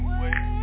wait